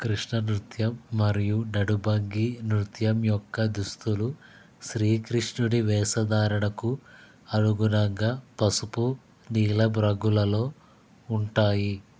కృష్ణ నృత్యం మరియు నడుభంగి నృత్యం యొక్క దుస్తులు శ్రీకృష్ణుని వేషధారణకు అనుగుణంగా పసుపు నీలం రంగులలో ఉంటాయి